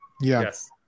yes